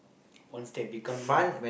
once they become